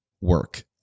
work